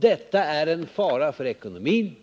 Detta är en fara för ekonomin.